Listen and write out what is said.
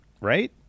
right